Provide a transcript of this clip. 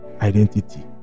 identity